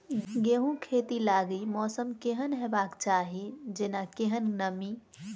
गेंहूँ खेती लागि मौसम केहन हेबाक चाहि जेना केहन नमी?